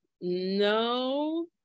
no